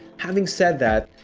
having said that,